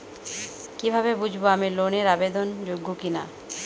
কীভাবে বুঝব আমি লোন এর আবেদন যোগ্য কিনা?